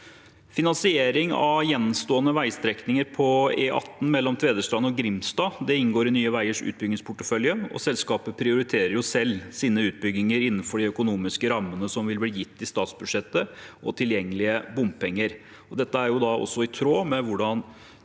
Finansiering av gjenstående veistrekninger på E18 mellom Tvedestrand og Grimstad inngår i Nye veiers utbyggingsportefølje, og selskapet prioriterer selv sine utbygginger innenfor de økonomiske rammene som vil bli gitt i statsbudsjettet, og tilgjengelige bompenger. Dette er også i tråd med hvordan